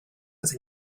was